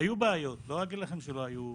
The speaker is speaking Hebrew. היו בעיות, לא אגיד שלא היו בעיות.